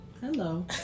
Hello